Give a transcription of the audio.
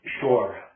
Sure